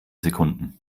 sekunden